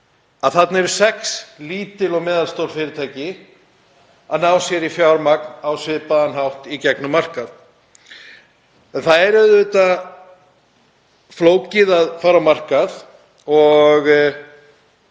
Þarna eru sex lítil og meðalstór fyrirtæki að ná sér í fjármagn á svipaðan hátt í gegnum markað. Það er auðvitað flókið að fara á markað og